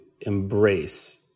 embrace